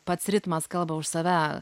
pats ritmas kalba už save